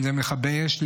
אם זה מכבי אש,